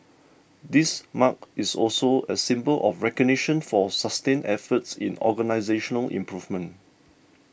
this mark is also a symbol of recognition for sustained efforts in organisational improvement